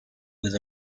with